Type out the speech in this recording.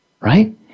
Right